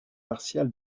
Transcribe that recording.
martial